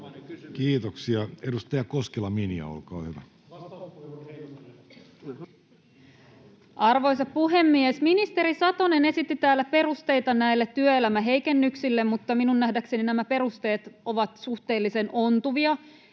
työmarkkinakaaoksesta Time: 15:36 Content: Arvoisa puhemies! Ministeri Satonen esitti täällä perusteita näille työelämäheikennyksille, mutta minun nähdäkseni nämä perusteet ovat suhteellisen ontuvia.